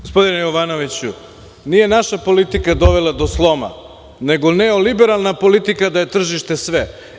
Gospodine Jovanoviću, nije naša politika dovela do sloma, nego neoliberalna politika da je tržište sve.